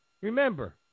Remember